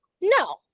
No